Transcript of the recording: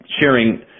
sharing